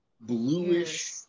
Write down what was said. bluish